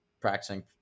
practicing